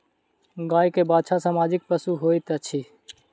गाय के बाछा सामाजिक पशु होइत अछि